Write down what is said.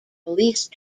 police